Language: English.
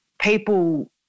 People